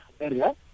area